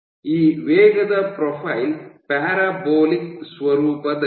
ಈ ವೇಗದ profile parabolic ಸ್ವರೂಪದಲ್ಲಿದೆ